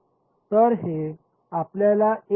तर हे आपल्याला एक देते